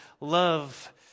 love